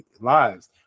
lives